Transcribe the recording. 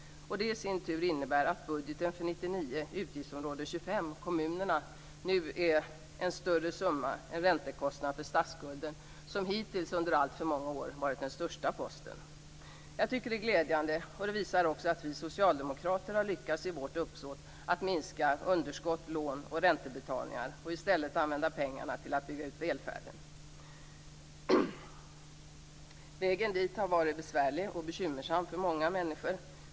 Det i sin tur innebär att budgeten för 1999, utgiftsområde 25 för kommunerna, nu innehåller en större summa än räntekostnaden för statsskulden som hittills under alltför många år varit den största posten. Jag tycker att detta är glädjande. Det visar också att vi socialdemokrater har lyckats i vårt uppsåt att minska underskott, lån och räntebetalningar och i stället använda pengarna till att bygga ut välfärden. Vägen dit har varit besvärlig och bekymmersam för många människor.